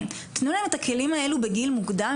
תנו להם את הכלים האלו בגיל מוקדם,